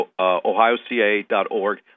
ohioca.org